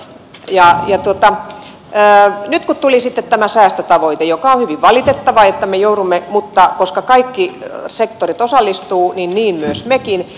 nyt tuli sitten tämä säästötavoite joka on hyvin valitettava mutta koska kaikki sektorit osallistuvat niin myös mekin